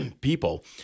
people